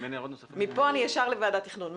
מפה אני ישר לוועדת תכנון.